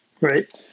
right